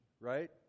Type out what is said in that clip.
right